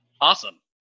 awesome